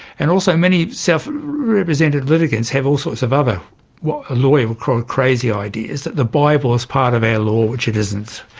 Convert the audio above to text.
and also many self-represented litigants have all sorts of other what a lawyer would call crazy ideas, that the bible is part of our law, which it isn't,